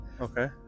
Okay